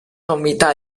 sommità